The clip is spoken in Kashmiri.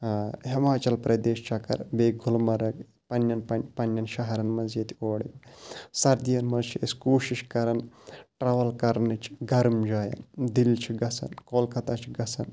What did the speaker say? ہِماچَل پردیش چکر بیٚیہِ گُلمرگ پَنٛنٮ۪ن پَ پَنٛنٮ۪ن شَہرن منٛز ییٚتہِ اورٕ سردیَن منٛز چھِ أسۍ کوٗشِش کران ٹروٕل کرنٕچ گرم جایَن دِلہِ چھِ گژھان کولکَتہ چھُ گژھان